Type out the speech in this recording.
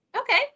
Okay